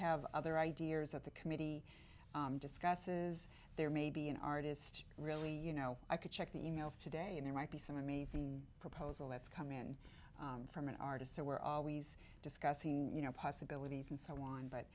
have other ideas that the committee discusses there may be an artist really you know i could check the emails today and there might be some amazing proposal that's come in from an artist so we're always discussing you know possibilities and so on but